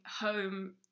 home